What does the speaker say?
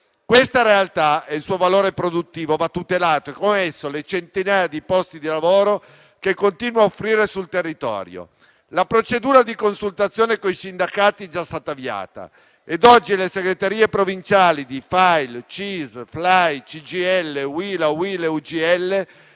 questa realtà e il suo valore produttivo vanno tutelati e con essi le centinaia di posti di lavoro che continua a offrire sul territorio. La procedura di consultazione con i sindacati è già stata avviata ed oggi le segreterie provinciali di Fai CISL, Flai CGIL, UILA, UIL e UGL,